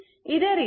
ಇದೇ ರೀತಿ 13